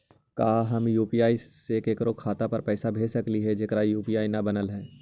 का हम यु.पी.आई से केकरो खाता पर पैसा भेज सकली हे जेकर यु.पी.आई न बनल है?